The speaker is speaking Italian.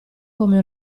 come